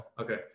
Okay